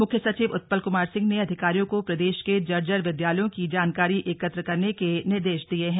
मुख्य सचिव उत्पल कुमार सिंह ने अधिकारियों को प्रदेश के जर्जर विद्यालयों की जानकारी एकत्र करने के निर्देश दिए हैं